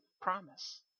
promise